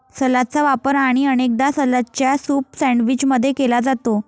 सलादचा वापर अनेकदा सलादच्या सूप सैंडविच मध्ये केला जाते